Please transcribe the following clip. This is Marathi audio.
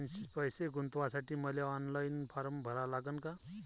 पैसे गुंतवासाठी मले ऑनलाईन फारम भरा लागन का?